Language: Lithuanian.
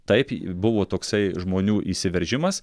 taip buvo toksai žmonių įsiveržimas